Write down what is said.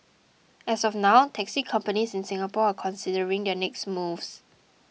as of now taxi companies in Singapore are considering their next moves